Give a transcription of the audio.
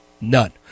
none